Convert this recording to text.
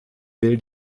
will